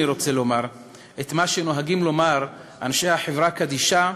אני רוצה לומר את מה שנוהגים לומר אנשי החברה קדישא: